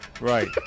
Right